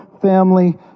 family